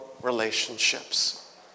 relationships